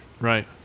Right